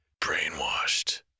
brainwashed